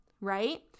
right